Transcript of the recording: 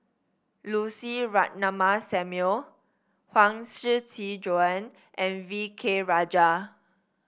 Lucy Ratnammah Samuel Huang Shiqi Joan and V K Rajah